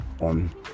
on